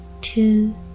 Two